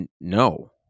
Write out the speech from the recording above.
No